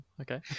Okay